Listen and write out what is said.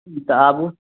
हूँ तऽ आबू